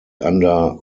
under